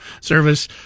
Service